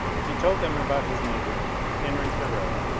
he told them about his neighbour henry thoreau,